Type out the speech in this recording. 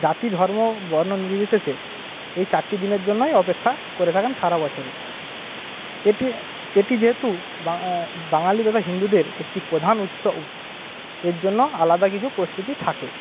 জাতি ধর্ম বর্ণ নির্বিশেষে এই চারটি দিনের জন্যই অপেক্ষা করে থাকেন সারা বছরে এটি এটি যেহেতু বা বাঙালি তথা হিন্দুদের একটি প্রধান উৎসব এর জন্য আলাদা কিছু প্রস্তুতি থাকে